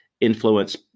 influence